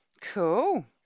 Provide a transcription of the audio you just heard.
Cool